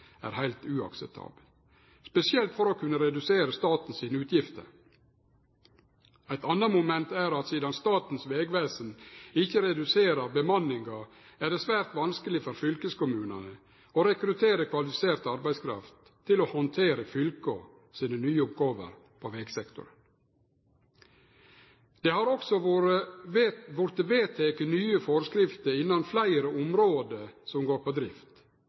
er heilt uakseptabelt, spesielt for å kunne redusere staten sine utgifter. Eit anna moment er at sidan Statens vegvesen ikkje reduserer bemanninga, er det svært vanskeleg for fylkeskommunane å rekruttere kvalifisert arbeidskraft til å handtere fylka sine nye oppgåver på vegsektoren. Det har også vorte vedteke nye forskrifter innan fleire område som går på drift.